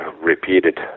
repeated